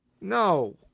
No